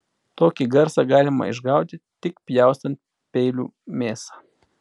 tokį garsą galima išgauti tik pjaustant peiliu mėsą